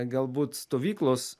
galbūt stovyklos